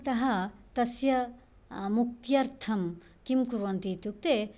अतः तस्य मुक्त्यर्थं किं कुर्वन्ति इत्युक्ते